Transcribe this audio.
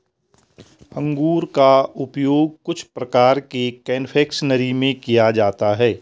अंगूर का उपयोग कुछ प्रकार के कन्फेक्शनरी में भी किया जाता है